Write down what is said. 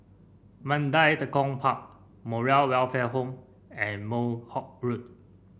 Mandai Tekong Park Moral Welfare Home and Northolt Road